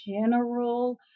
general